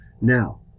Now